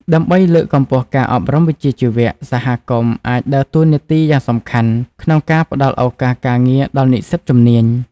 ដើម្បីលើកកម្ពស់ការអប់រំវិជ្ជាជីវៈ សហគមន៍អាចដើរតួនាទីយ៉ាងសំខាន់ក្នុងការផ្តល់ឱកាសការងារដល់និស្សិតជំនាញ។